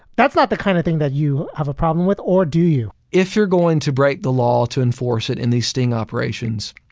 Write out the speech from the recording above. that's not the kind of thing that you have a problem with or do you, if you're going to break the law to enforce it in these sting operations?